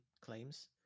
claims